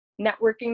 networking